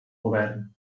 govern